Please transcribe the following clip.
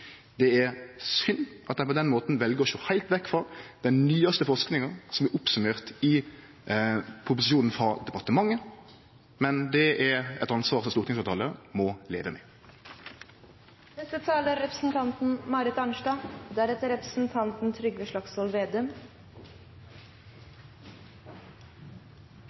Det er synd at ein på den måten vel å sjå heilt vekk frå den nyaste forskinga, som er oppsummert i proposisjonen frå departementet, men det er eit ansvar som stortingsfleirtalet må leve med. Representanten Marit Arnstad